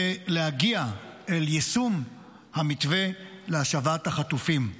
ולהגיע אל יישום המתווה להשבת החטופים,